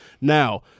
Now